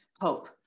hope